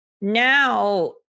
now